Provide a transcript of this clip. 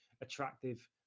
attractive